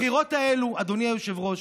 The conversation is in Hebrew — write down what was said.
הבחירות האלה, אדוני היושב-ראש,